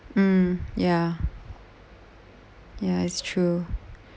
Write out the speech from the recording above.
mm ya ya it's true